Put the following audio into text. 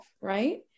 right